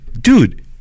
Dude